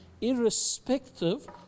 irrespective